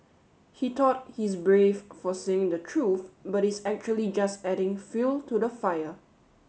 he thought he's brave for saying the truth but he's actually just adding fuel to the fire